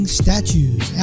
statues